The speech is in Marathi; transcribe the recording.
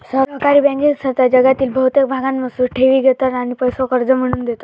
सहकारी बँकिंग संस्था जगातील बहुतेक भागांमधसून ठेवी घेतत आणि पैसो कर्ज म्हणून देतत